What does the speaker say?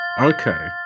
Okay